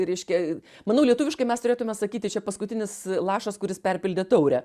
reiškia manau lietuviškai mes turėtume sakyti čia paskutinis lašas kuris perpildė taurę